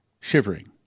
shivering